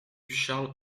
charles